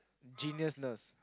geniusness